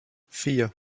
vier